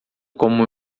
como